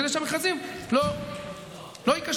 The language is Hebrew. כדי שהמכרזים לא ייכשלו,